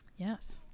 Yes